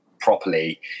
properly